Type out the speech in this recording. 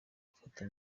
amafoto